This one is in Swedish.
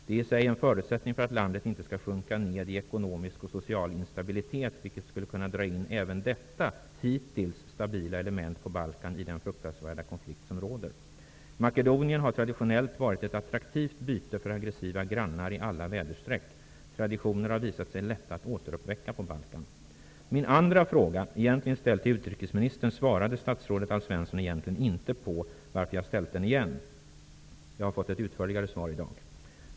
Det är i sig en förutsättning för att landet inte skall sjunka ned i ekonomisk och social instabilitet, vilket skulle kunna dra in även detta hittills stabila element på Balkan i den fruktansvärda konflikt som råder. Makedonien har traditionellt varit ett attraktivt byte för aggressiva grannar i alla väderstreck. Traditioner har visat sig lätta att återuppväcka på Balkan. Min andra fråga -- ursprungligen ställd till utrikesministern -- svarade statsrådet Alf Svensson egentligen inte på, varför jag har ställt den igen. Jag har fått ett utförligare svar i dag.